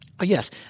Yes